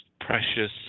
Precious